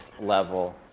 level